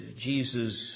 Jesus